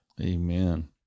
Amen